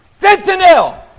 fentanyl